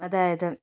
അതായത്